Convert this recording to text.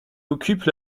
occupent